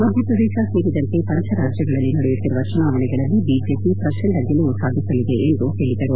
ಮಧ್ಯಪ್ರದೇತ ಸೇರಿದಂತೆ ಪಂಚ ರಾಜ್ಗಳಲ್ಲಿ ನಡೆಯುತ್ತಿರುವ ಚುನಾವಣೆಗಳಲ್ಲಿ ಬಿಜೆಪಿ ಪ್ರಚಂಡ ಗೆಲುವು ಸಾಧಿಸಲಿದೆ ಎಂದು ಹೇಳಿದರು